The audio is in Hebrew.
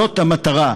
זאת המטרה,